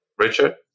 Richard